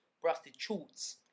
prostitutes